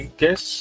guess